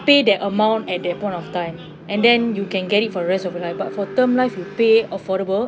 pay that amount at that point of time and then you can get it for the rest of your life but for term life you pay affordable